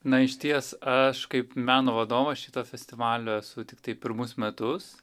na išties aš kaip meno vadovas šito festivalio esu tiktai pirmus metus